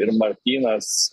ir martynas